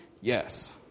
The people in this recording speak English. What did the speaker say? Yes